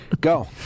Go